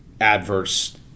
adverse